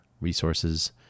resources